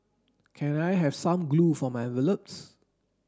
can I have some glue for my envelopes